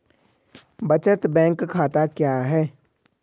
बचत बैंक खाता क्या है?